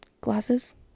glasses